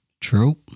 True